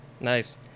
Nice